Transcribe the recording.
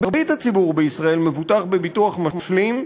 מרבית הציבור בישראל מבוטח בביטוח משלים,